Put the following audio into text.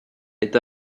est